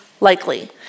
likely